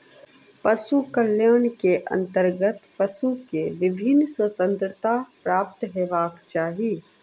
पशु कल्याण के अंतर्गत पशु के विभिन्न स्वतंत्रता प्राप्त हेबाक चाही